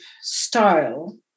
style